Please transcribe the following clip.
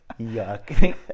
Yuck